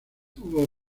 hubo